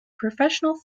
professional